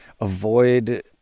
avoid